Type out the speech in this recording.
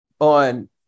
on